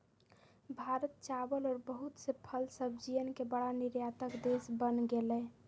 भारत चावल और बहुत से फल सब्जियन के बड़ा निर्यातक देश बन गेलय